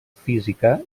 física